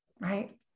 right